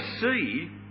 see